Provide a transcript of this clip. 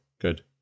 good